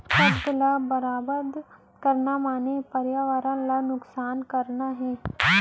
कागद ल बरबाद करना माने परयावरन ल नुकसान करना हे